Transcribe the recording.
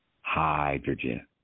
hydrogen